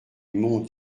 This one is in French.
monts